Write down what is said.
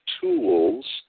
tools